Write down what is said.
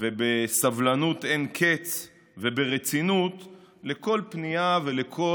ובסבלנות אין-קץ וברצינות לכל פנייה ולכל